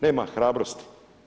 Nema hrabrosti.